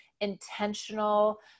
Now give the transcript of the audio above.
intentional